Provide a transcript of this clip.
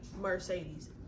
Mercedes